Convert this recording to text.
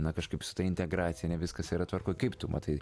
na kažkaip su ta integracija ne viskas yra tvarkoj kaip tu matai